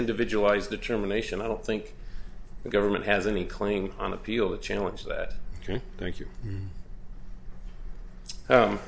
individualized determination i don't think the government has any claim on appeal to challenge that ok thank you